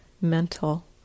mental